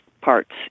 parts